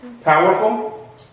Powerful